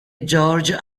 george